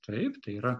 taip tai yra